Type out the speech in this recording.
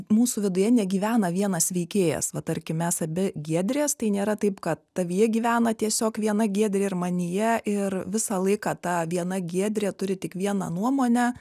mūsų viduje negyvena vienas veikėjas va tarkim mes abi giedrės tai nėra taip kad tavyje gyvena tiesiog viena giedrė ir manyje ir visą laiką ta viena giedrė turi tik vieną nuomonę